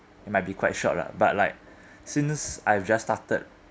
it might be quite short lah but like since I've just started